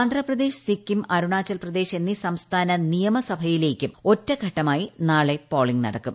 ആന്ധ്രാപ്രദേശ് സിക്കിം അരുണാചൽ പ്രദേശ് എന്നീ സംസ്ഥാന നിയമസഭകളിലേക്കും ഒറ്റഘട്ടമായി നാളെ പോളിംഗ് നടക്കും